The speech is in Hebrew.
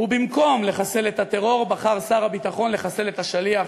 במקום לחסל את הטרור בחר שר הביטחון לחסל את השליח,